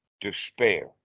despair